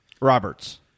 roberts